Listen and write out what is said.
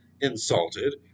insulted